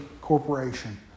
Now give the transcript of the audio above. Corporation